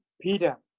peter